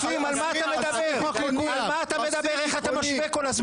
איך אתה משווה כל הזמן?